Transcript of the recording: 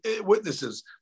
witnesses